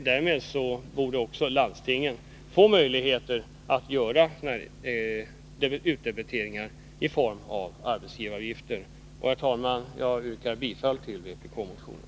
Därmed borde också landstingen få möjlighet att göra utdebiteringar i form av arbetsgivaravgifter. Herr talman! Jag yrkar bifall till vpk-motionen.